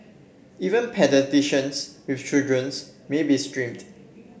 even paediatricians with children's may be stymied